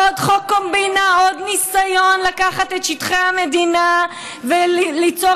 עוד ניסיון לקחת את שטחי המדינה וליצור